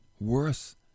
Worse